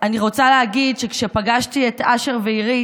אני רוצה להגיד שכשפגשתי את אשר ואירית,